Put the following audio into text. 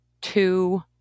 two